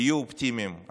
תהיו אופטימיים.